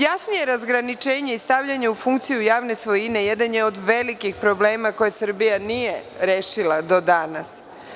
Jasnije razgraničenje i stavljanje u funkciju javne svojine jedan je od velikih problema koje Srbija nije rešila do danas.